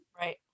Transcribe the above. Right